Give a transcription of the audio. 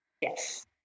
Yes